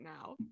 now